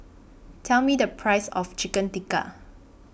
Tell Me The Price of Chicken Tikka